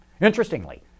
Interestingly